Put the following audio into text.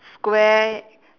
square